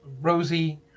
Rosie